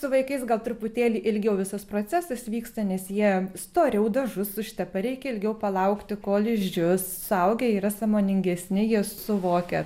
su vaikais gal truputėlį ilgiau visas procesas vyksta nes jie storiau dažus užtepa reikia ilgiau palaukti kol išdžius suaugę yra sąmoningesni jie suvokia